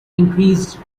increased